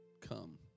come